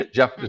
Jeff